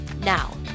Now